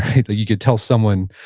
right? that you could tell someone,